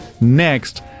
next